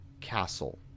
castle